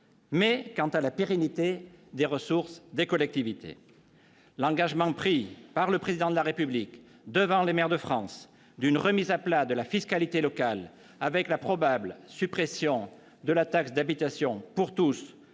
mais quant à la pérennité des ressources des collectivités. L'engagement, pris par le Président de la République devant les maires de France, d'une remise à plat de la fiscalité locale, avec la probable suppression pour tous de la taxe d'habitation à